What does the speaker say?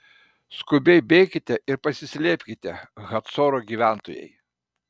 skubiai bėkite ir pasislėpkite hacoro gyventojai